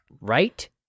Right